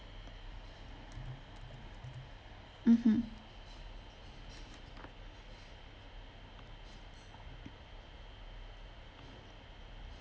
mmhmm